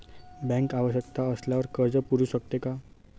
Bank आवश्यकता असल्यावर कर्ज पुरवू शकते का?